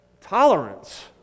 tolerance